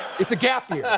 it's a gap year.